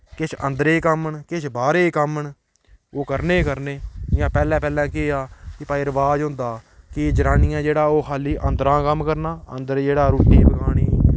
किश अंदरै कम्म न किश बाह्रै कम्म न ओह् करने करने जि'यां पैह्ले पैह्ले केह् हा कि भाई रवाज होंदा हा कि जनानियां जेह्ड़ा ओह् खाल्ली अंदरा दा कम्म करना अंदर जेह्ड़ा रुट्टी पकानी